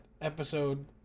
episode